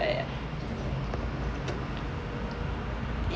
err